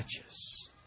touches